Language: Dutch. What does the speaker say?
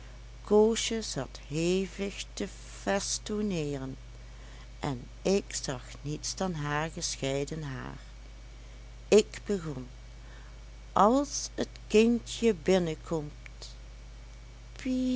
koosje zat hevig te festonneeren en ik zag niets dan haar gescheiden haar ik begon als t kindje binnenkomt pie ie iep